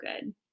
good